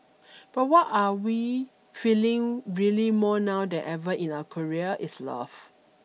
but what are we feeling really more now than ever in our career is love